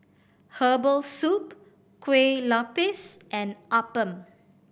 herbal soup Kueh Lupis and appam